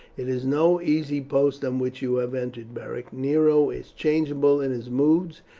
it is no easy post on which you have entered, beric. nero is changeable in his moods,